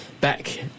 back